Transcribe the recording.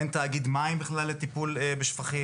אין בכלל תאגיד מים לטיפול בשפכים,